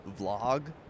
vlog